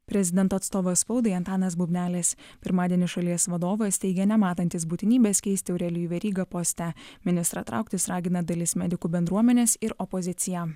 prezidento atstovas spaudai antanas bubnelis pirmadienį šalies vadovas teigė nematantis būtinybės keisti aurelijų verygą poste ministrą trauktis ragina dalis medikų bendruomenės ir opozicija